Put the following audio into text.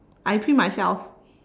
I print myself